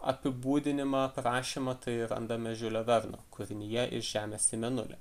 apibūdinimą aprašymą tai randame žiulio verno kūrinyje iš žemės į mėnulį